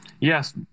yes